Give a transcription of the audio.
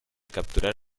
capturar